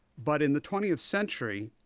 but in the twentieth century,